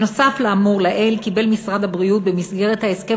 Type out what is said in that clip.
נוסף על האמור לעיל קיבל משרד הבריאות במסגרת ההסכם